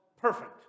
perfect